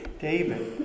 David